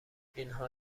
اینها